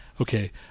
okay